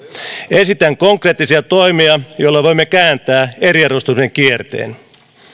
esitän konkreettisia toimia joilla voimme kääntää eriarvoistumisen kierteen